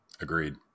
Agreed